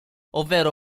ovvero